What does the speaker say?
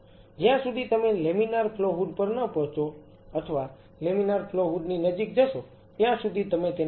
જ્યાં સુધી તમે લેમિનાર ફ્લો હૂડ પર ન પહોંચો અથવા લેમિનાર ફ્લો હૂડ ની નજીક જશો ત્યાં સુધી તમે તેને ખોલશો નહીં